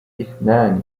إثنان